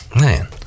Man